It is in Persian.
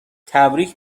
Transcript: تبریک